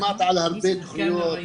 שמעתי על הרבה תוכניות,